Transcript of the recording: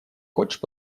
хочешь